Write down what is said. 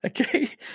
Okay